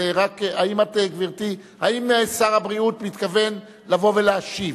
האם שר הבריאות מתכוון לבוא ולהשיב?